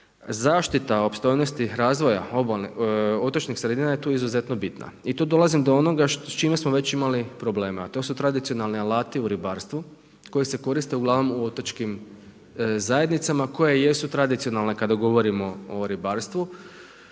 zaštita opstojnosti razvoja otočnih sredina je tu izuzetno bitna. I tu dolazim s čime smo već imali problema. To su tradicionalni alati u ribarstvu, koji se koriste uglavnom u otočkim zajednicama, koje jesu tradicionalne kada govorimo o ribarstvu,